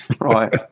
right